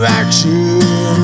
action